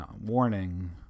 Warning